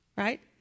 right